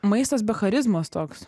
maistas be charizmas toks